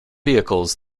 vehicles